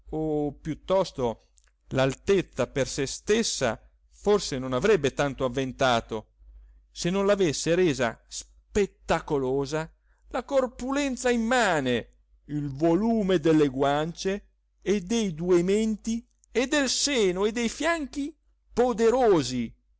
o piuttosto l'altezza per se stessa forse non avrebbe tanto avventato se non l'avesse resa spettacolosa la corpulenza immane il volume delle guance e dei due menti e del seno e dei fianchi poderosi